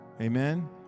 Amen